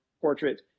portrait